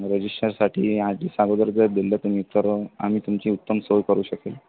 रजिश्टरसाठी आठ दिवस अगोदर जर दिलं तुम्ही तर आम्ही तुमची उत्तम सोय करू शकेल